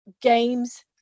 games